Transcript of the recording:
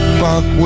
fuck